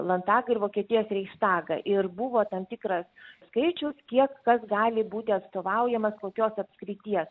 landtagą ir vokietijos reichstagą ir buvo tam tikras skaičius kiek kas gali būti atstovaujamas kokios apskrities